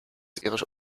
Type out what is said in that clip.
ihre